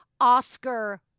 Oscar